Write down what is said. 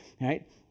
right